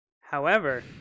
However-